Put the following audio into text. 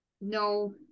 no